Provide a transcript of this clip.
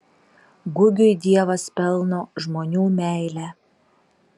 gugiui dievas pelno žmonių meilę